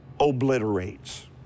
obliterates